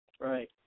Right